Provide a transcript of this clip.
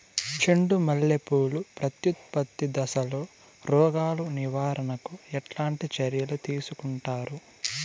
చెండు మల్లె పూలు ప్రత్యుత్పత్తి దశలో రోగాలు నివారణకు ఎట్లాంటి చర్యలు తీసుకుంటారు?